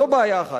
זו בעיה אחת.